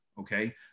okay